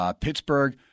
Pittsburgh